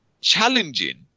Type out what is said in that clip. challenging